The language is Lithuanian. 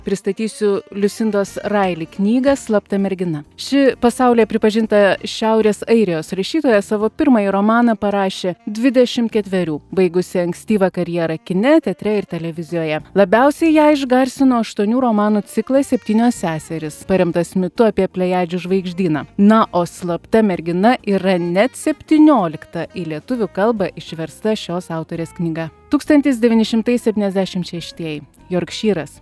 pristatysiu liusndos raili knygą slapta mergina ši pasaulyje pripažinta šiaurės airijos rašytoja savo pirmąjį romaną parašė dvidešim ketverių baigusi ankstyvą karjerą kine teatre ir televizijoje labiausiai ją išgarsino aštuonių romanų ciklas septynios seserys paremtas mitu apie plejadžių žvaigždyną na o slapta mergina yra net septyniolikta į lietuvių kalbą išversta šios autorės knyga tūkstantis devyni šimtai septyniasdešim šeštieji jorkšyras